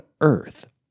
earth